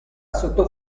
sotto